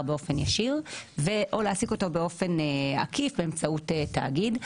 באופן ישיר או להעסיק אותו באופן עקיף באמצעות תאגיד.